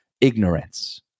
ignorance